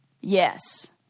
Yes